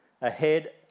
ahead